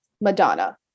Madonna